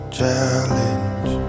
challenge